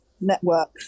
network